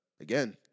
again